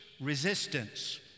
resistance